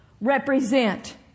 represent